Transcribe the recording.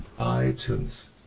iTunes